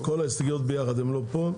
כל ההסתייגויות ביחד, הם לא פה.